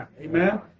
Amen